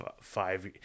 five